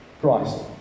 Christ